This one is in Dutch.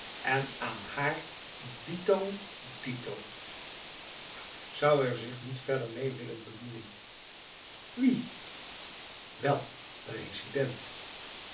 en aan haar dito dito zou hij er zich niet verder mee willen bemoeien wie wel